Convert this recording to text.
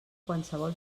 qualsevol